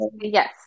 Yes